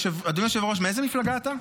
אדוני היושב-ראש, מאיזו מפלגה אתה?